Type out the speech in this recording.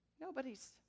nobody's